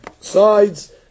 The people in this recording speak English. sides